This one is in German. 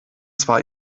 zwar